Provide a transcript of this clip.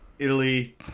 Italy